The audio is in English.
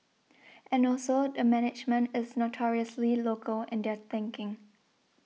and also the management is notoriously local in their thinking